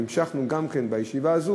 והמשכנו גם כן בישיבה הזו,